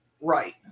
Right